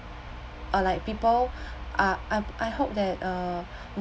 uh like people uh I hope that uh